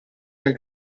nel